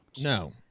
No